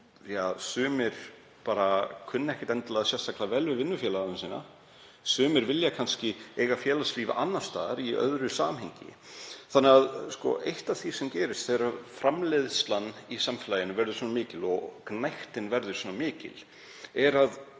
því að sumir kunna bara ekkert endilega sérstaklega vel við vinnufélaga sína, sumir vilja kannski eiga félagslíf annars staðar, í öðru samhengi. Eitt af því sem gerist þegar framleiðslan í samfélaginu verður svona mikil og gnægtin verður svona mikil er að